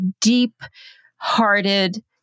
deep-hearted